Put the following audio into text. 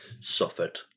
suffered